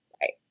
Right